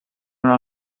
una